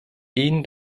ihn